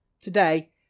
Today